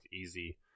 easy